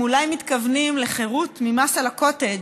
הם אולי מתכוונים לחירות ממס על הקוטג',